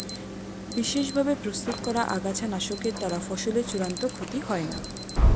বিশেষ ভাবে প্রস্তুত করা আগাছানাশকের দ্বারা ফসলের চূড়ান্ত ক্ষতি হয় না